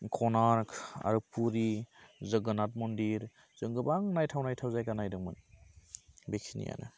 कनार्क आरो पुरि जोगोनात मन्दिर जों गोबां नायथाव नायथाव जायगा नायदोंमोन बेखिनियानो